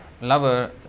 lover